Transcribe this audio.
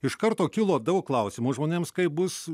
iš karto kilo daug klausimų žmonėms kaip bus